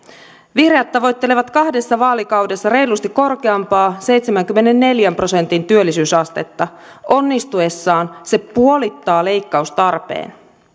vihreät tavoittelevat kahdessa vaalikaudessa reilusti korkeampaa seitsemänkymmenenneljän prosentin työllisyysastetta onnistuessaan se puolittaa leikkaustarpeen